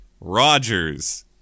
Rodgers